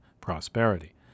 Prosperity